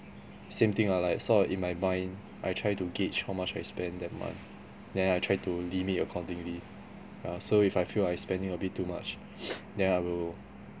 same thing lah like sort of in my mind I try to gauge how much I spend that month then I try to limit accordingly ya so if I feel I spending a bit too much then I will